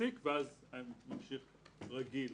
ואז הסעיף ממשיך כרגיל.